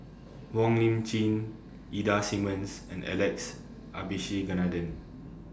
Wong Lip Chin Ida Simmons and Alex Abisheganaden